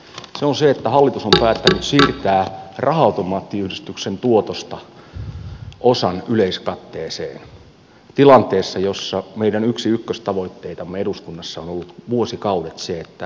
se on se että hallitus on päättänyt siirtää raha automaattiyhdistyksen tuotosta osan yleiskatteeseen tilanteessa jossa meidän yksi ykköstavoitteitamme eduskunnassa on ollut vuosikaudet se että pelimonopolimme asemat säilyvät